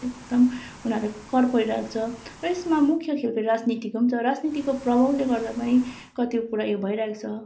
एकदम उनीहरू कर परिरहेको छ र यसमा मुख्य खेल राजनीतिको पनि छ राजनीतिको प्रभावले गर्दा पनि कति कुरा यो भइरहेको छ